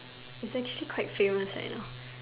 is actually quite famous right now